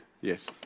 Yes